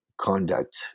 conduct